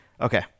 Okay